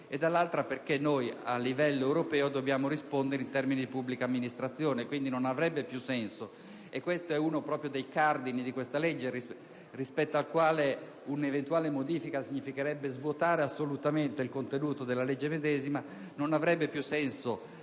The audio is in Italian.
dall'altra, a livello europeo, dobbiamo rispondere in termini di pubblica amministrazione. Pertanto, non avrebbe più senso - e questo è proprio uno dei cardini di questa legge, rispetto al quale un'eventuale modifica significherebbe svuotare assolutamente il contenuto della legge medesima - procedere senza